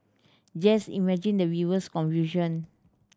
just imagine the viewer's confusion